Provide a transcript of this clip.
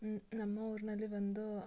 ಹ್ಞೂ ನಮ್ಮ ಊರಿನಲ್ಲಿ ಒಂದು